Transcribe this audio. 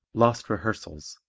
lost rehearsals